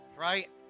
Right